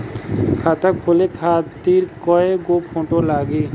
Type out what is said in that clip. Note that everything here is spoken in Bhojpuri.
खाता खोले खातिर कय गो फोटो लागी?